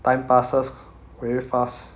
time passes very fast